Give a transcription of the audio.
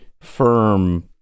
firm